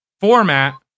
format